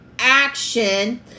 action